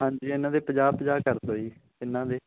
ਹਾਂਜੀ ਇਹਨਾਂ ਦੇ ਪੰਜਾਹ ਪੰਜਾਹ ਕਰ ਦਿਓ ਜੀ ਤਿੰਨਾਂ ਦੇ